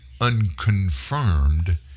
unconfirmed